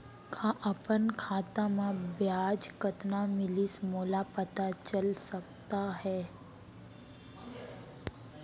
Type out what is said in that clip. का अपन खाता म ब्याज कतना मिलिस मोला पता चल सकता है?